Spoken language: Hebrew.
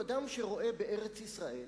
הוא אדם שרואה בארץ-ישראל,